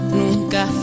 nunca